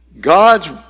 God's